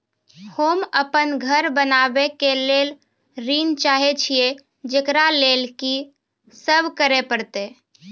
होम अपन घर बनाबै के लेल ऋण चाहे छिये, जेकरा लेल कि सब करें परतै?